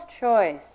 choice